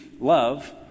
love